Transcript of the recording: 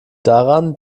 daran